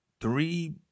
Three